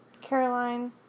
Caroline